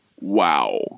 wow